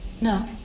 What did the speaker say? No